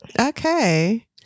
Okay